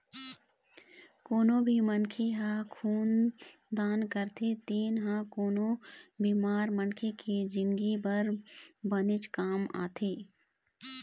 कोनो भी मनखे ह खून दान करथे तेन ह कोनो बेमार मनखे के जिनगी बर बनेच काम आथे